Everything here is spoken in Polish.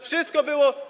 Wszystko było.